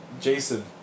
Jason